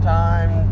time